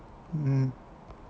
mm